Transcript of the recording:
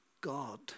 God